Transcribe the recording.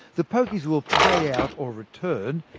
the pokies will pay out, or return,